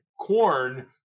corn